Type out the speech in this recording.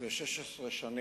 אחרי 16 שנים